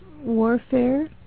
warfare